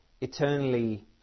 eternally